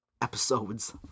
Episodes